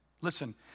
Listen